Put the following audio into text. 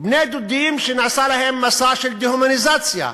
בני-דודים שנעשה להם מסע של דה-הומניזציה,